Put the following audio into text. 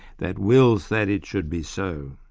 that wills that it should be so'.